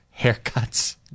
haircuts